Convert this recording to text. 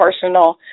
personal